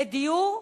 לדיור,